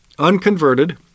unconverted